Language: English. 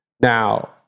Now